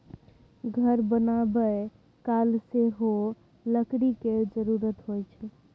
घर बनाबय काल सेहो लकड़ी केर जरुरत होइ छै